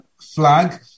flag